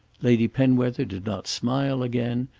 lady penwether did not smile again,